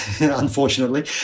unfortunately